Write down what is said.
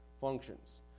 functions